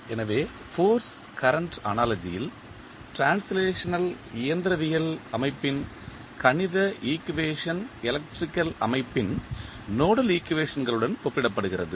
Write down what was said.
எனவே force current அனாலஜியில் translational இயந்திரவியல் அமைப்பின் கணித ஈக்குவேஷன் எலக்ட்ரிக்கல் அமைப்பின் நோடல் ஈக்குவேஷன்களுடன் ஒப்பிடப்படுகிறது